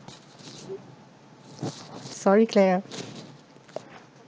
sorry clara